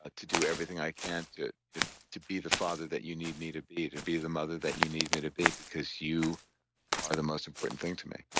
ah to do everything i can to to be the father that you need me to be, to be the mother that you need me to be because you are the most important thing to me.